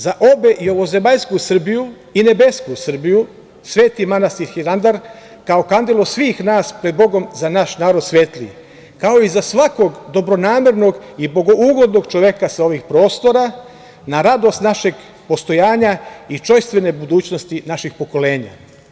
Za obe, i ovozemaljsku Srbiju i nebesku Srbiju, Sveti manastir Hilandar, kao kandilo svih nas pred Bogom za naš narod svetli, kao i za svakog dobronamernog i bogougodnog čoveka sa ovih prostora, na radost našeg postojanja i čojstvene budućnosti naših pokolenja.